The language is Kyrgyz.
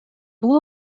бул